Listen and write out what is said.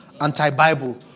anti-Bible